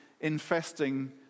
infesting